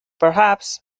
perhaps